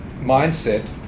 mindset